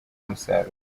umusaruro